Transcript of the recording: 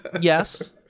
Yes